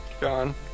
John